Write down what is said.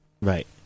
Right